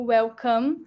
Welcome